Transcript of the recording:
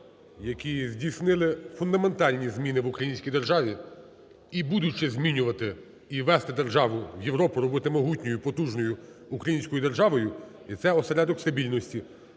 які здійснили фундаментальні зміни в українській державі і будуть ще змінювати. І вести державу у Європу, робити могутньою, потужною українською державою і це осередок стабільності.